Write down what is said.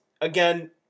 again